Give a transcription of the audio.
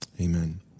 Amen